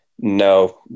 no